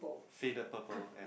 faded purple and